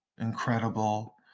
incredible